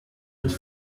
with